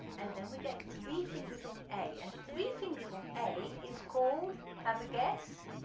and then we get three fingers on a, and three fingers on a is called, have a guess,